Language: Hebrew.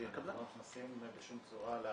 אנחנו לא נכנסים בשום צורה ל